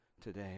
today